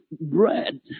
bread